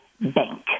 bank